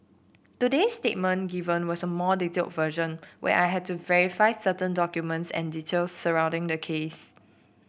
today's statement given was a more detailed version where I had to verify certain documents and details surrounding the case